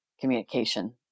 communication